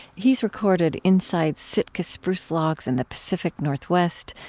he's recorded inside sitka spruce logs in the pacific northwest,